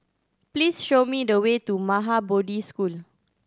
please show me the way to Maha Bodhi School